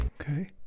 Okay